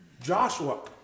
Joshua